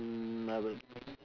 mm I would s~